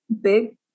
big